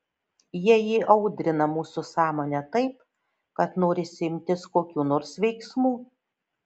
jie įaudrina mūsų sąmonę taip kad norisi imtis kokių nors veiksmų